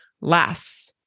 less